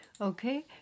Okay